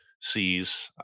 sees